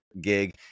gig